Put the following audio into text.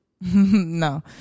No